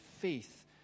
faith